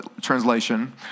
translation